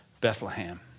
Bethlehem